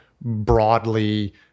broadly